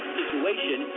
situation